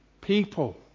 people